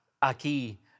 aquí